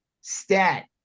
stat